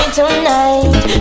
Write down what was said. tonight